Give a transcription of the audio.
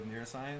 Neuroscience